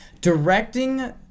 Directing